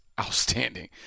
outstanding